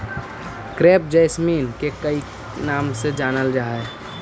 crepe jasmine के कईक नाम से जानलजा हइ